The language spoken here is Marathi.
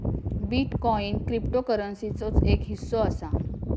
बिटकॉईन क्रिप्टोकरंसीचोच एक हिस्सो असा